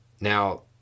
Now